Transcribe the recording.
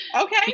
okay